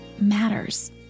matters